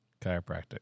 Chiropractic